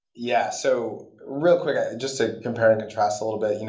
yeah. so real quick, just to compare and contrast a little bit. you know